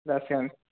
दास्यामि